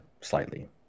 slightly